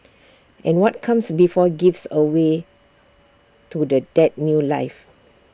and what comes before gives A way to the that new life